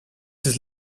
this